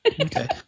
Okay